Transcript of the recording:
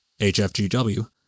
HFGW